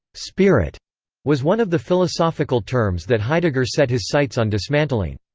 spirit was one of the philosophical terms that heidegger set his sights on dismantling.